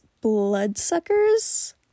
bloodsuckers